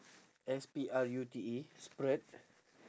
S P R U T E sprute